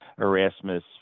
Erasmus